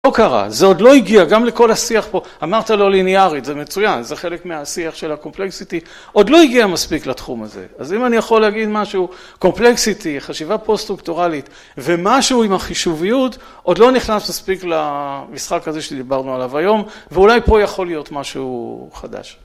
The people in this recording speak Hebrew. לא קרה זה עוד לא הגיע גם לכל השיח פה אמרת לא ליניארית זה מצוין זה חלק מהשיח של הקומפלקסיטי עוד לא הגיע מספיק לתחום הזה אז אם אני יכול להגיד משהו קומפלקסיטי חשיבה פוסט סטרוקטורלית ומשהו עם החישוביות עוד לא נכנס מספיק למשחק כזה שדיברנו עליו היום ואולי פה יכול להיות משהו חדש